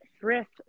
thrift